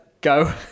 Go